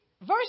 verse